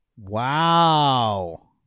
Wow